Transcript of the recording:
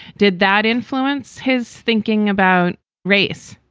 did that influence his thinking about race?